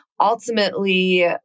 ultimately